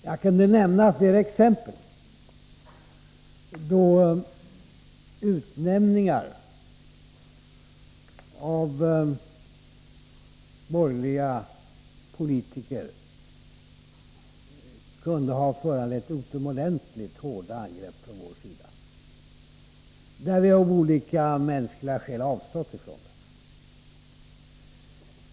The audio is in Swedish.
Jag skulle kunna nämna flera exempel på utnämningar av borgerliga politiker som kunde ha föranlett utomordentligt hårda angrepp från vår sida. Det har vi av olika mänskliga skäl avstått från.